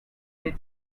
they